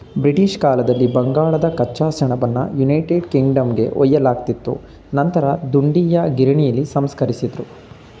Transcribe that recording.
British ಕಾಲದಲ್ಲಿ ಬಂಗಾಳದ ಕಚ್ಚಾ ಸೆಣಬನ್ನು ಯುನೈಟೆಡ್ ಕಿಂಗ್ಡಮ್ಗೆ ಒಯ್ಯಲಾಗ್ತಿತ್ತು ನಂತರ ದುಂಡೀಯ ಗಿರಣಿಲಿ ಸಂಸ್ಕರಿಸಿದ್ರು